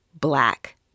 black